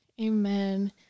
Amen